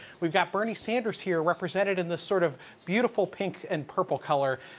we've got bernie sanders here represented in this sort of beautiful pink and purple color.